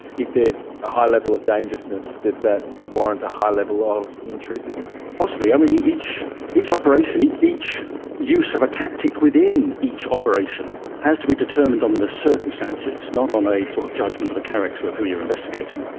if there is a high level of dangerousness, does that warrant a high level of intrusiveness? possibly. um each each operation, each each use of a tactic within each operation has to be determined on the circumstances, not on a sort of judgement of the character of who you are investigating.